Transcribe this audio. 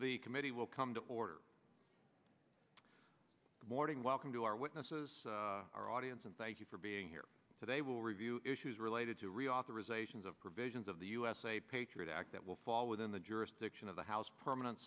the committee will come to order good morning welcome to our witnesses our audience and thank you for being here today will review issues related to reauthorization of provisions of the usa patriot act that will fall within the jurisdiction of the house permanent